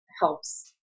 helps